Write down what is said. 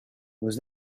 was